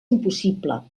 impossible